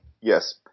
Yes